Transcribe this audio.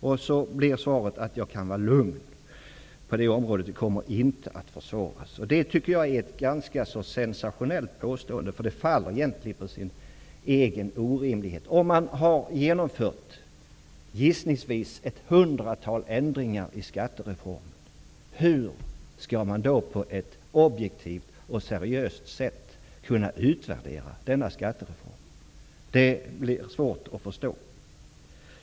Svaret blir att jag kan vara lugn på det området. Det kommer inte att försvåras. Jag tycker att det är ett ganska sensationellt påstående. Det faller egentligen på sin egen orimlighet. Om man har genomfört gissningsvis ett hundratal ändringar i skattereformen, hur kan denna skattereform då utvärderas på ett objektivt och seriöst sätt? Det är svårt att förstå.